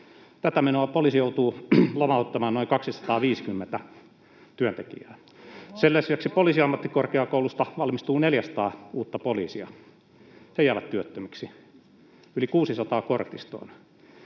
Tätä menoa poliisi joutuu lomauttamaan noin 250 työntekijää. Sen lisäksi Poliisiammattikorkeakoulusta valmistuu 400 uutta poliisia. He jäävät työttömiksi. Yli 600 kortistoon.